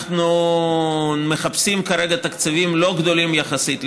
אנחנו מחפשים כרגע תקציבים לא גדולים יחסית,